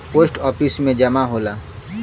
post office में जमा होला